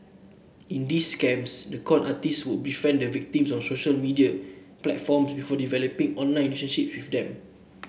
in these scams the con artist would befriend the victims on social media platform before developing online relationship with them